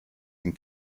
den